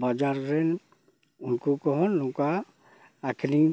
ᱵᱟᱡᱟᱨ ᱨᱮᱱ ᱩᱱᱠᱩ ᱠᱚᱦᱚᱸ ᱱᱚᱝᱠᱟ ᱟᱹᱠᱷᱨᱤᱧ